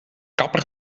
kapper